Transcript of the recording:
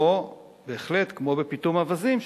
בהחלט כמו בפיטום אווזים,